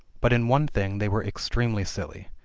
but in one thing they were extremely silly.